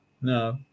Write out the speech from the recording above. No